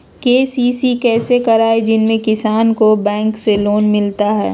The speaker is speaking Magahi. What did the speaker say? के.सी.सी कैसे कराये जिसमे किसान को बैंक से लोन मिलता है?